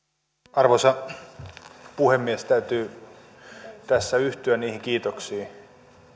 arvoisa puhemies täytyy yhtyä niihin kiitoksiin